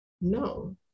No